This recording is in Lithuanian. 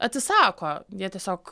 atsisako jie tiesiog